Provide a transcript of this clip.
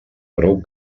prou